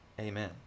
Amen